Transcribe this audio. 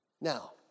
Now